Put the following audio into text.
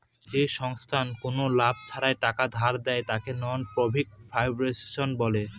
যে সংস্থায় কোনো লাভ ছাড়া টাকা ধার দেয়, তাকে নন প্রফিট ফাউন্ডেশন বলে